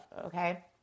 okay